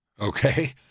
Okay